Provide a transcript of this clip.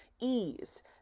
ease